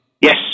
Yes